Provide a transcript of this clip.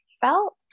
felt